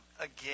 Again